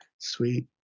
Sweet